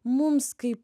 mums kaip